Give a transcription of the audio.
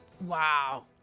Wow